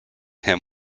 him